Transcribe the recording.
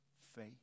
faith